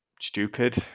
stupid